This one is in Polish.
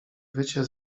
wycie